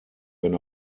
wenn